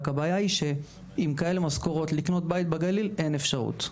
רק הבעיה שעם כאלה משכורות לקנות בית בגליל אין לנו אפשרות.